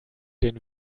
den